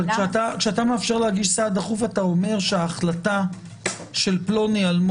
אבל כשאתה מאפשר להגיש סעד דחוף אתה אומר שההחלטה של פלוני-אלמוני